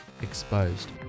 exposed